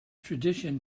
tradition